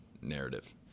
narrative